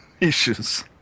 issues